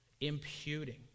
Imputing